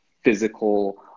physical